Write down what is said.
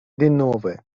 denove